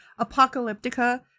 Apocalyptica